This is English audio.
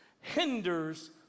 hinders